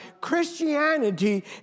Christianity